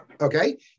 okay